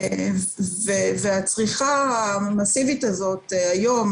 הצריכה המאסיבית הזאת היום,